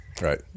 Right